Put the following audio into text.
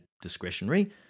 discretionary